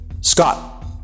Scott